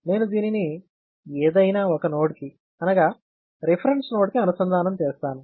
నేను దీనిని ఏదైనా ఒక నోడ్ కి అనగా రిఫరెన్స్ నోడ్ కి అనుసంధానం చేస్తాను